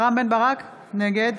רם בן ברק, נגד